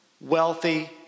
wealthy